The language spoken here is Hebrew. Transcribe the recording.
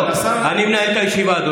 אני מנהל את הישיבה.